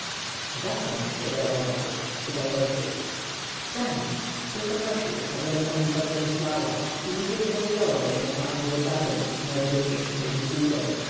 za co on ci to darował zapytał ojciec za nic tylko prosił ażebym o nim dobrze myślała i niekiedy powiedziała mojemu panu że dagon jest najwierniejszym jego sługą